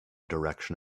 direction